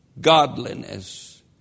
godliness